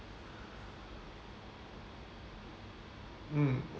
mm